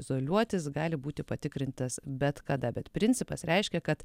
izoliuotis gali būti patikrintas bet kada bet principas reiškia kad